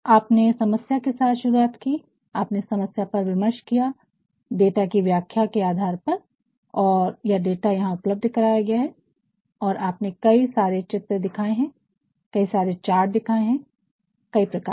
आपने समस्या के साथ शुरुआत की आपने समस्या पर विमर्श किया डाटा की व्याख्या के आधार पर और यह डाटा यहां उपलब्ध कराया गया है और आपने कई सारे चित्र दिखाए हैं कई सारे चार्ट दिखाएं हैं कई प्रकार के